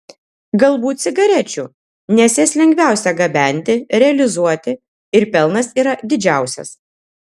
galbūt cigarečių nes jas lengviausia gabenti realizuoti ir pelnas yra didžiausias